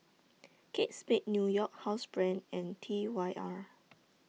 Kate Spade New York Housebrand and T Y R